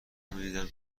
میدیدم